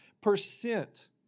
percent